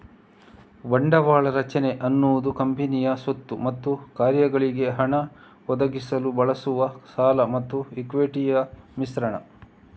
ಬಂಡವಾಳ ರಚನೆ ಅನ್ನುದು ಕಂಪನಿಯ ಸ್ವತ್ತು ಮತ್ತು ಕಾರ್ಯಗಳಿಗೆ ಹಣ ಒದಗಿಸಲು ಬಳಸುವ ಸಾಲ ಮತ್ತು ಇಕ್ವಿಟಿಯ ಮಿಶ್ರಣ